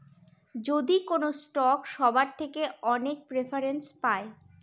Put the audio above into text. যদি কোনো স্টক সবার থেকে অনেক প্রেফারেন্স পায়